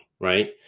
right